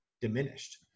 diminished